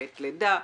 לעת לידה,